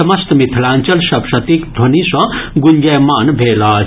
समस्त मिथिलांचल सप्तशतीक ध्वनि सँ गूंजयमान भेल अछि